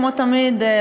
כמו תמיד,